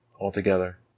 altogether